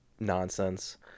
nonsense